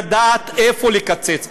לדעת איפה לקצץ,